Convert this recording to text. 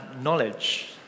knowledge